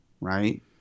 right